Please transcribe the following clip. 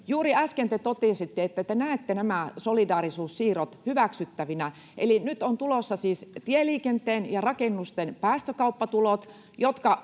Juuri äsken te totesitte, että te näette nämä solidaarisuussiirrot hyväksyttävinä. Eli nyt ovat tulossa siis tieliikenteen ja rakennusten päästökauppatulot